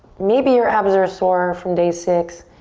maybe your abs are a sore from day six?